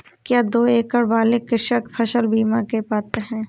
क्या दो एकड़ वाले कृषक फसल बीमा के पात्र हैं?